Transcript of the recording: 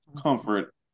comfort